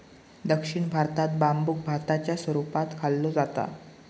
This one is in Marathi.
दक्षिण भारतात बांबुक भाताच्या स्वरूपात खाल्लो जाता